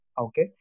Okay